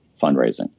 fundraising